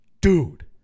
Dude